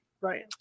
right